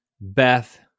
Beth